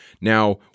Now